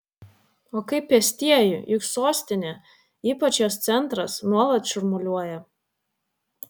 o kaip pėstieji juk sostinė ypač jos centras nuolat šurmuliuoja